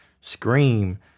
Scream